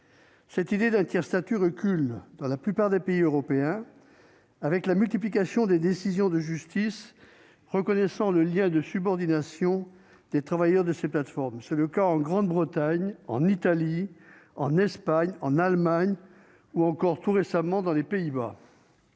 L'idée d'un tiers-statut recule dans la plupart des pays européens, à la suite de la multiplication des décisions de justice reconnaissant le lien de subordination des travailleurs de ces plateformes, comme cela a été le cas en Grande-Bretagne, en Italie, en Espagne, en Allemagne ou encore, récemment, aux Pays-Bas.